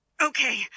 Okay